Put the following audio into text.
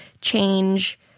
change